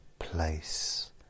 place